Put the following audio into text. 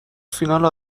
فینال